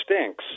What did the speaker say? stinks